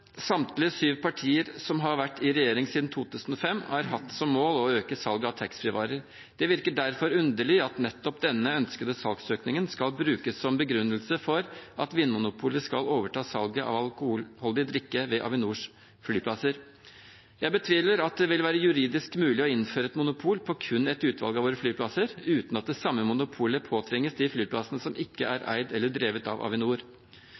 Samtlige syv partier som har vært i regjering siden 2005, har hatt som mål å øke salget av taxfree-varer. Det virker derfor underlig at nettopp denne ønskede salgsøkningen skal brukes som begrunnelse for at Vinmonopolet skal overta salget av alkoholdig drikke ved Avinors flyplasser. Jeg betviler at det vil være juridisk mulig å innføre et monopol på kun et utvalg av våre flyplasser, uten at det samme monopolet påtvinges de flyplassene som ikke er eid eller drevet av Avinor.